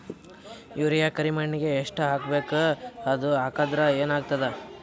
Urea ಕರಿಮಣ್ಣಿಗೆ ಎಷ್ಟ್ ಹಾಕ್ಬೇಕ್, ಅದು ಹಾಕದ್ರ ಏನ್ ಆಗ್ತಾದ?